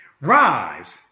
Rise